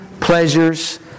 pleasures